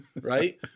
right